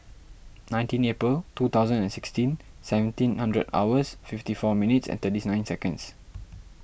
nineteen April two thousand and sixteen seventeen hundred hours fifty four minutes and thirty nine seconds